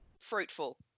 fruitful